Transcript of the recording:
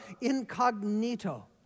incognito